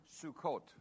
Sukkot